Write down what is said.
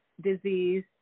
disease